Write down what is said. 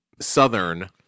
Southern